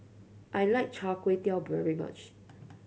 I like Char Kway Teow very much